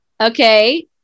okay